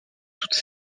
toutes